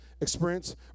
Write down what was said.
experience